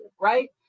right